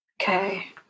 Okay